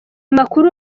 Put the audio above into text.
makuru